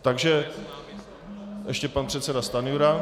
Takže ještě pan předseda Stanjura.